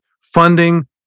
funding